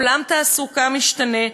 עולם התעסוקה משתנה,